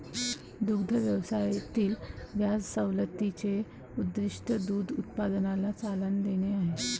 दुग्ध व्यवसायातील व्याज सवलतीचे उद्दीष्ट दूध उत्पादनाला चालना देणे आहे